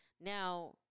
Now